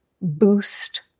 boost